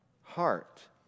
heart